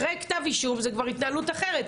אחרי כתב אישום זו כבר התנהלות אחרת.